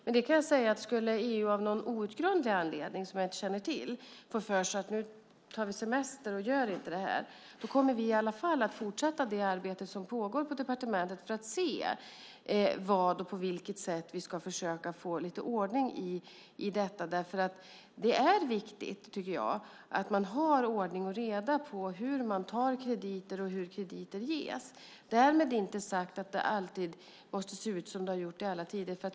Men det kan jag säga att skulle EU av någon outgrundlig anledning som jag inte känner till få för sig att ta semester och inte göra något åt det här kommer vi i alla fall att fortsätta det arbete som pågår på departementet för att se vad och på vilket sätt vi kan försöka få lite ordning i detta. Det är viktigt, tycker jag, att man har ordning och reda på hur man tar krediter och hur krediter ges. Därmed inte sagt att det alltid måste se ut som det har gjort i alla tider.